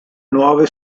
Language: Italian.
nuove